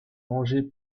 mangé